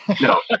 No